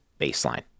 baseline